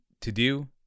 to-do